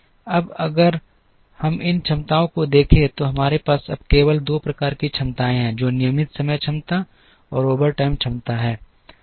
अब अगर हम इन क्षमताओं को देखें तो हमारे पास अब केवल दो प्रकार की क्षमताएं हैं जो नियमित समय क्षमता और ओवरटाइम क्षमता हैं